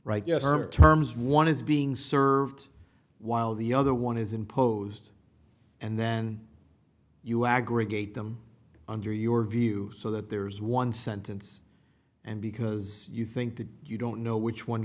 right yes terms one is being served while the other one is imposed and then you aggregate them under your view so that there is one sentence and because you think that you don't know which one